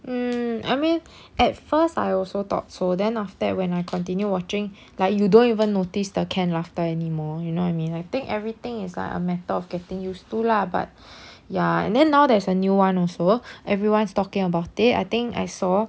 mm I mean at first I also thought so then after that when I continue watching like you don't even notice the canned laughter anymore you know what I mean I think everything is like a matter of getting used to lah but ya and then now there's a new one also everyone's talking about it I think I saw